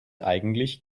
eigentlich